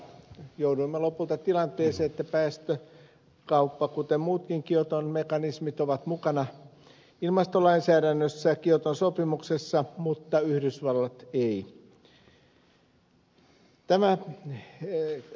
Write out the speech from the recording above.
jouduimme lopulta tilanteeseen että päästökauppa kuten muutkin kioton mekanismit ovat mukana ilmastolainsäädännössä kioton sopimuksessa mutta yhdysvallat ei